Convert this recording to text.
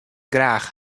graach